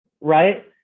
right